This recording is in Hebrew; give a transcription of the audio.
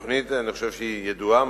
התוכנית שאני חושב שהיא ידועה,